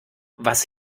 was